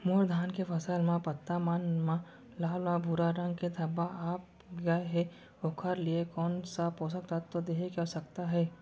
मोर धान के फसल म पत्ता मन म लाल व भूरा रंग के धब्बा आप गए हे ओखर लिए कोन स पोसक तत्व देहे के आवश्यकता हे?